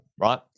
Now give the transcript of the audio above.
right